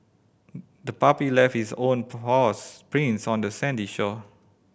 the puppy left its own prints on the sandy shore